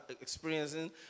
experiencing